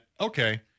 okay